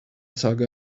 saga